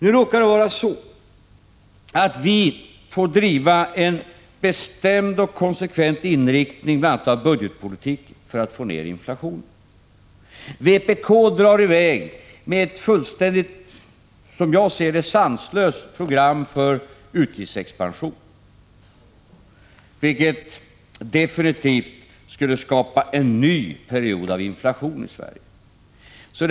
Nu råkar det vara så att vi måste hålla en bestämd och konsekvent inriktning bl.a. av budgetpolitiken för att få ner inflationen. Vpk drar i väg med ett fullständigt, som jag ser det, sanslöst program för utgiftsexpansion, vilket definitivt skulle skapa en ny period av inflation i Sverige.